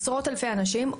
עשרות אלפי אנשים,